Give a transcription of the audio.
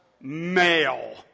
male